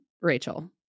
Rachel